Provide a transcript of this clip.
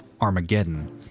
Armageddon